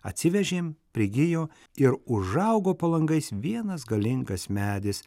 atsivežėm prigijo ir užaugo po langais vienas galingas medis